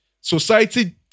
Society